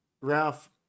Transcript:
Ralph